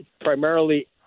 primarily